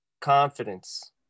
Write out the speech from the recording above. confidence